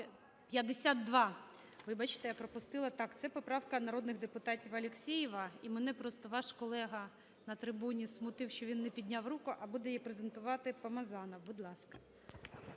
52. Вибачте, я пропустила. Так, це поправка народних депутатів Алексєєва. І мене просто ваш колега на трибуні смутив, що він не підняв руку. А буде її презентуватиПомазанов. Будь ласка.